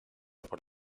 por